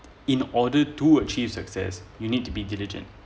in order to achieve success you need to be diligent